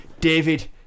David